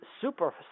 super